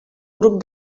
grup